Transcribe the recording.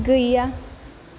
गैया